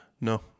No